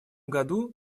году